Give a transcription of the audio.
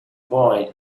boy